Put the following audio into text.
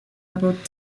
about